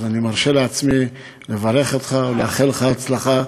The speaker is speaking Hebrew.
אז אני מרשה לעצמי לברך אותך ולאחל לך הצלחה.